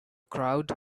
crowd